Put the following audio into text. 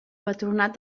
patronat